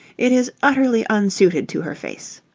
it is utterly unsuited to her face.